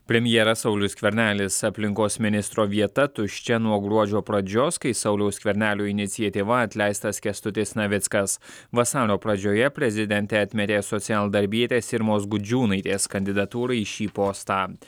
premjeras saulius skvernelis aplinkos ministro vieta tuščia nuo gruodžio pradžios kai sauliaus skvernelio iniciatyva atleistas kęstutis navickas vasario pradžioje prezidentė atmetė socialdarbietės irmos gudžiūnaitės kandidatūrą į šį postą